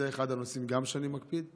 זה אחד הנושאים שאני מקפיד עליהם.